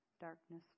Darkness